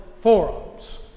forums